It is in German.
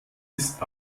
ist